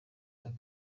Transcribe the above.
aka